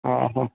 ହଁ ହଁ